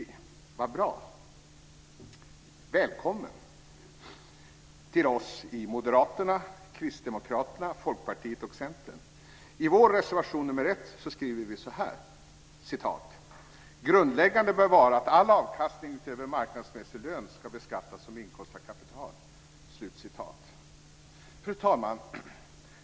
Vad bra! Välkomna till oss i Moderaterna, Kristdemokraterna, Folkpartiet och Centern! I reservation 1 skriver vi: "Grundläggande bör vara att all avkastning utöver en marknadsmässig lön skall beskattas som inkomst av kapital." Fru talman!